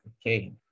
Okay